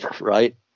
right